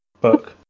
Book